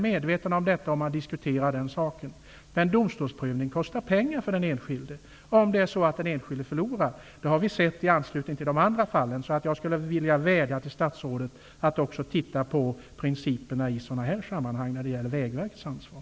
Men domstolsprövning kostar pengar för den enskilde, om den enskilde förlorar. Det har vi sett i anslutning till andra fall. Jag vädjar till statsrådet att också se över principerna när det gäller Vägverkets ansvar.